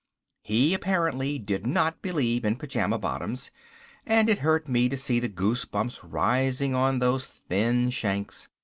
he apparently did not believe in pajama bottoms and it hurt me to see the goose-bumps rising on those thin shanks.